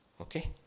Okay